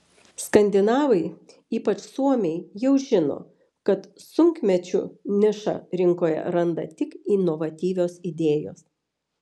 skandinavai ypač suomiai jau žino kad sunkmečiu nišą rinkoje randa tik inovatyvios idėjos